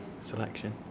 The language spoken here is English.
selection